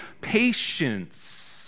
patience